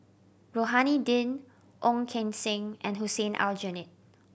Rohani Din Ong Keng Sen and Hussein Aljunied